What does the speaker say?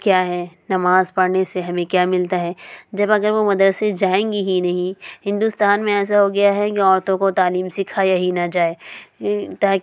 کیا ہے نماز پڑھنے سے ہمیں کیا ملتا ہے جب اگر وہ مدرسہ جائیں گی ہی نہیں ہندوستان میں ایسا ہوگیا ہے کہ عورتوں کو تعلیم سکھایا ہی نہ جائے تاکہ وہ